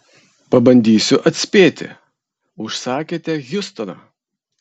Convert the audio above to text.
pabandysiu atspėti užsakėte hjustoną